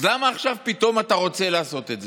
אז למה עכשיו פתאום אתה רוצה לעשות את זה?